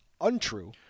untrue